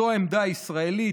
זו עמדה ישראלית.